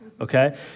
okay